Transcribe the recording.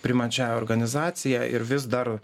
priimančiąja organizacija ir vis dar